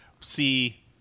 See